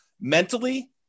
mentally